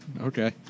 Okay